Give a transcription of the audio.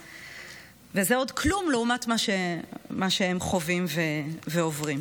וזה עוד כלום לעומת מה שהם חווים ועוברים.